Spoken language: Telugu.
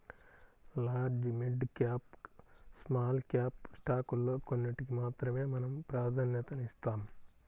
large, mid cap, small cap స్టాకుల్లో కొన్నిటికి మాత్రమే మనం ప్రాధన్యతనిస్తాం